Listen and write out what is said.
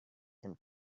and